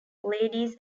ladies